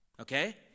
okay